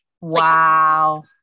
Wow